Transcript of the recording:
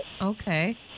Okay